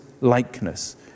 likeness